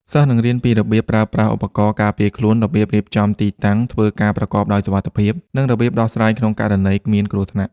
សិស្សនឹងរៀនពីរបៀបប្រើប្រាស់ឧបករណ៍ការពារខ្លួន របៀបរៀបចំទីតាំងធ្វើការប្រកបដោយសុវត្ថិភាព និងរបៀបដោះស្រាយក្នុងករណីមានគ្រោះថ្នាក់។